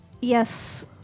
yes